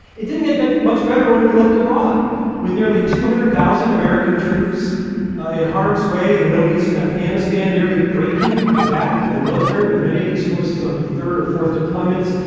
it didn't get much much better when we looked abroad with nearly two hundred thousand american troops in harm's way in the middle east and afghanistan, nearly breaking the back of the military, with many of these forces on their third or fourth deployments,